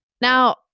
Now